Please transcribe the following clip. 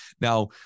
Now